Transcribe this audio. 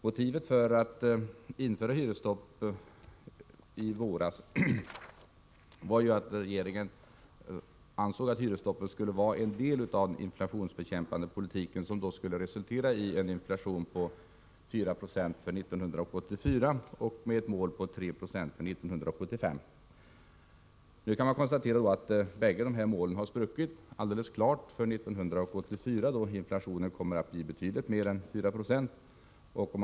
Motivet för att i våras införa hyresstoppet var att regeringen ansåg att det skulle vara en del av den inflationsbekämpande politik som skulle resultera i en inflation på 496 för 1984 och vars mål för 1985 var 3 90. Nu kan vi konstatera att båda dessa mål har ”spruckit”. Det är alldeles klart för 1984, då inflationen kommer att bli betydligt mer än 4 90.